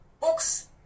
books